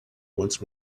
once